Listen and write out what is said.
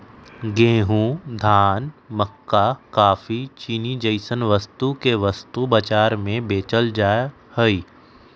गेंहूं, धान, मक्का काफी, चीनी जैसन वस्तु के वस्तु बाजार में बेचल जा हई